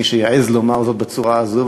מי שיעז לומר זאת בצורה הזאת.